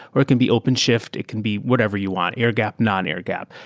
or it can be open shift. it can be whatever you want, air gap, non-air-gap.